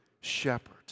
shepherd